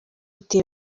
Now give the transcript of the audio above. iti